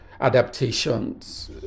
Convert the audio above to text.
adaptations